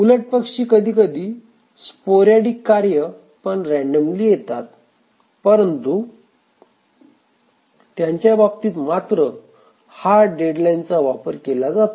उलटपक्षी कधीकधी स्पोरॅडिक कार्ये पण रँडमली येतात परंतु त्यांच्याबाबतीत मात्र हार्ड डेडलाईनचा वापर केला जातो